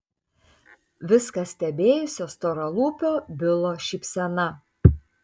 viską stebėjusio storalūpio bilo šypsena